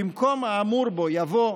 במקום האמור בו יבוא: